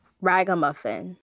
Ragamuffin